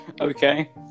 Okay